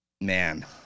man